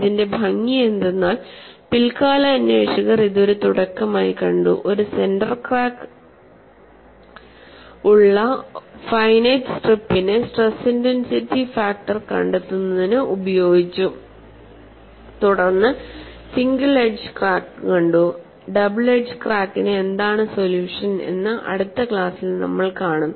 ഇതിന്റെ ഭംഗി എന്തെന്നാൽ പിൽക്കാല അന്വേഷകർ ഇത് ഒരു തുടക്കമായി കണ്ടു ഒരു സെന്റർ ക്രാക്ക് ഉള്ള ഫൈനൈറ്റ് സ്ട്രിപ്പിന്റെ സ്ട്രെസ് ഇന്റെൻസിറ്റി ഫാക്ടർ കണ്ടെത്തുന്നതിന് ഉപയോഗിച്ചു തുടർന്ന് സിംഗിൾ എഡ്ജ്ഡ് ക്രാക്ക് കണ്ടു ഡബിൾ എഡ്ജ് ക്രാക്കിന് എന്താണ് സൊല്യൂഷൻ എന്ന് അടുത്ത ക്ലാസിൽ നമ്മൾ കാണും